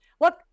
Look